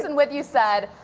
and with you said,